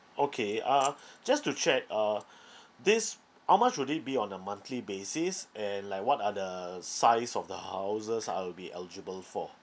okay uh uh just to check uh this how much would it be on a monthly basis and like what are the size of the houses I'll be eligible for